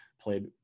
played